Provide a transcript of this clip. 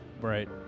Right